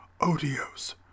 odious